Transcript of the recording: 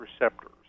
receptors